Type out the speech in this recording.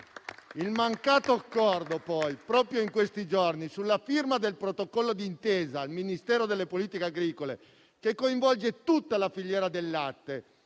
Il mancato accordo, poi, proprio in questi giorni, sulla firma del protocollo d'intesa al Ministero delle politiche agricole, che coinvolge tutta la filiera del latte,